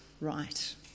right